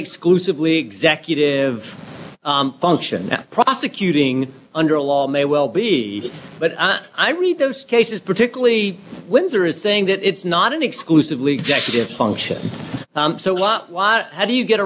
exclusively executive function prosecuting under law may well be but i read those cases particularly windsor is saying that it's not an exclusively executive function so a lot lot how do you get